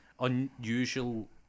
unusual